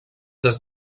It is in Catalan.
des